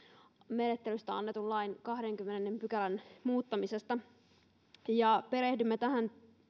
arviointimenettelystä annetun lain kahdennenkymmenennen pykälän muuttamisesta perehdymme tähän